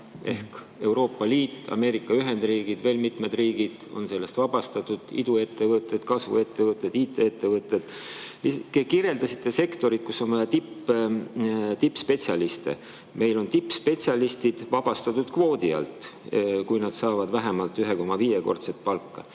Euroopa Liidust, Ameerika Ühendriikidest ja veel mitmest riigist on sellest vabastatud. Iduettevõtted, kasvuettevõtted, IT-ettevõtted. Te kirjeldasite sektorit, kus on vaja tippspetsialiste. Meil on tippspetsialistid vabastatud kvoodi alt, kui nad saavad vähemalt 1,5-kordset palka.